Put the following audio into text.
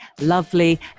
lovely